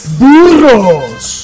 burros